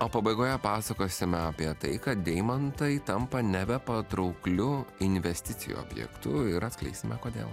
o pabaigoje pasakosime apie tai kad deimantai tampa nebepatraukliu investicijų objektu ir atskleisime kodėl